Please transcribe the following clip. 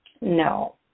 no